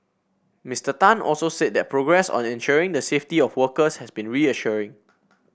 Mister Tan also said that progress on ensuring the safety of workers has been reassuring